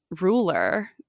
ruler